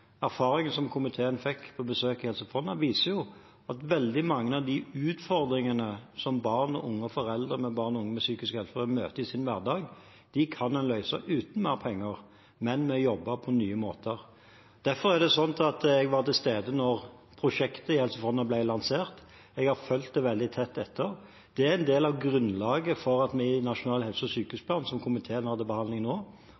som komiteen fikk på besøk i Helse Fonna, viser jo at veldig mange av de utfordringene som barn og unge og foreldre til barn og unge med psykiske helseutfordringer møter i sin hverdag, kan en løse uten mer penger, men ved å jobbe på nye måter. Derfor var jeg til stede da prosjektet i Helse Fonna ble lansert. Jeg har fulgt det veldig tett etter det. Det er en del av grunnlaget for at vi i Nasjonal helse- og sykehusplan, som komiteen har til behandling nå,